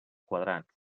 quadrats